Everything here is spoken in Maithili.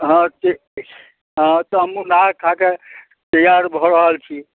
हँ ठीक छी हँ तऽ हमहूँ नहा खाके तैआर भऽ रहल छी